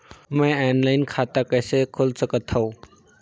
मैं ऑनलाइन खाता कइसे खोल सकथव?